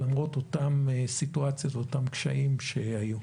למרות אותן סיטואציות ואותם קשיים שהיו.